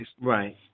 Right